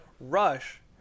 rush